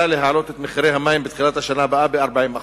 להעלות את מחירי המים בתחילת השנה הבאה ב-40%.